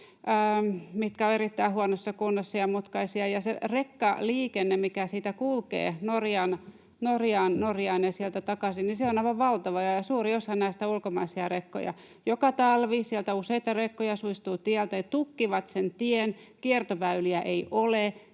mitkä ovat erittäin huonossa kunnossa ja mutkaisia, ja se rekkaliikenne, mikä siitä kulkee Norjaan ja sieltä takaisin, on aivan valtavaa, ja suuri osa näistä on ulkomaisia rekkoja. Joka talvi sieltä useita rekkoja suistuu tieltä ja tukkii sen tien, kiertoväyliä ei ole,